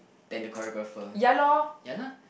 than the choreographer ya lah